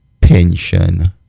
pension